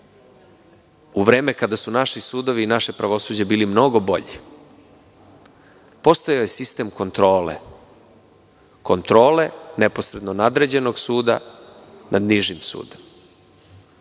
u vreme kada su naši sudovi i naše pravosuđe bilo mnogo bolje. Postojao je sistem kontrole. Kontrole neposrednog nadređenog suda nad nižim sudom.